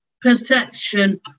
perception